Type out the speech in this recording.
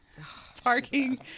Parking